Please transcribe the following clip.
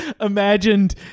imagined